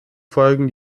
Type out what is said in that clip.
folgen